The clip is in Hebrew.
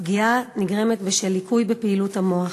הפגיעה נגרמת בשל ליקוי בפעילות המוח.